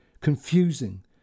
confusing